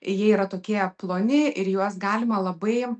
jie yra tokie ploni ir juos galima labai